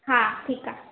हा ठीकु आहे